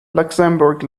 luxembourg